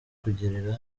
kugirira